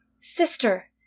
Sister